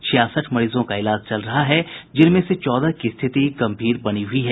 छियासठ मरीजों का इलाज चल रहा है जिनमें से चौदह की स्थिति गंभीर बनी हुई है